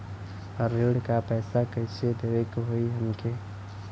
ऋण का पैसा कइसे देवे के होई हमके?